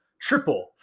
triple